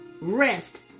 rest